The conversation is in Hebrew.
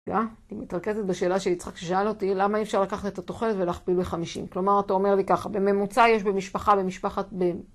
אני מתרכזת בשאלה של יצחק ששאל אותי למה אי אפשר לקחת את התוחלת ולההכפיל ב-50 כלומר אתה אומר לי ככה בממוצע יש במשפחה במשפחת בין